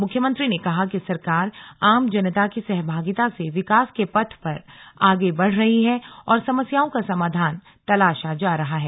मुख्यमंत्री ने कहा कि सरकार आम जनता की सहभागिता से विकास के पथ पर आगे बढ़ रही है और समस्याओं का समाधान तलाशा जा रहा है